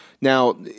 now